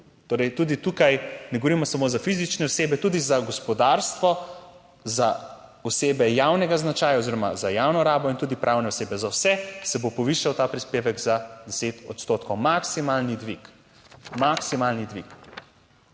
Torej, tudi tukaj, ne govorimo samo za fizične osebe, tudi za gospodarstvo za osebe javnega značaja oziroma za javno rabo in tudi pravne osebe, za vse se bo povišal ta prispevek za 10 odstotkov, maksimalni dvig, maksimalni dvig.